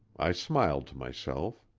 i smiled to myself.